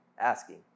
asking